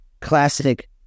classic